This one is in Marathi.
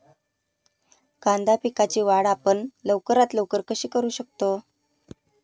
कांदा पिकाची वाढ आपण लवकरात लवकर कशी करू शकतो?